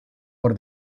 por